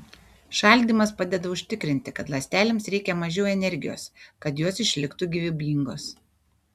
šaldymas padeda užtikrinti kad ląstelėms reikia mažiau energijos kad jos išliktų gyvybingos